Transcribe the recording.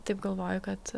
taip galvoju kad